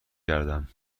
کردم